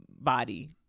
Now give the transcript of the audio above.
body